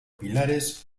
pilares